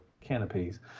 Canopies